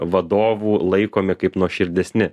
vadovų laikomi kaip nuoširdesni